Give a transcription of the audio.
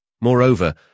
Moreover